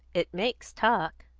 it makes talk.